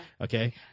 Okay